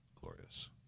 glorious